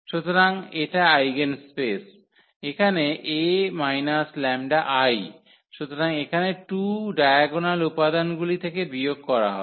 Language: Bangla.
সুতরাং এটা আইগেনস্পেস এখানে A 𝜆𝐼 সুতরাং এখানে 2 ডায়াগোনাল উপাদানগুলি থেকে বিয়োগ করা হবে